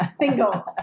single